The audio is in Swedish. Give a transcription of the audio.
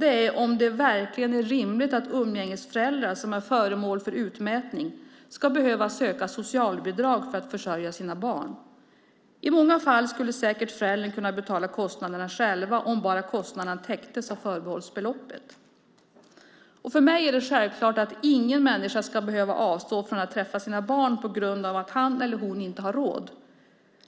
är om det verkligen är rimligt att umgängesföräldern som är föremål för utmätning ska behöva söka socialbidrag för att försörja sina barn. I många fall skulle säkert föräldern betala kostnaderna själv om bara kostnaden täcktes av förbehållsbeloppet. För mig är det självklart att ingen människa ska behöva avstå från att träffa sina barn på grund av att han eller hon inte har råd.